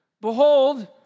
behold